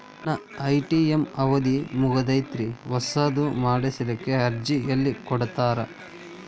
ನನ್ನ ಎ.ಟಿ.ಎಂ ಅವಧಿ ಮುಗದೈತ್ರಿ ಹೊಸದು ಮಾಡಸಲಿಕ್ಕೆ ಅರ್ಜಿ ಎಲ್ಲ ಕೊಡತಾರ?